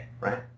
right